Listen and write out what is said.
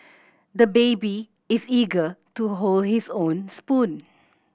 the baby is eager to hold his own spoon